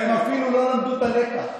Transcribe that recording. הם אפילו לא למדו את הלקח.